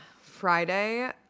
Friday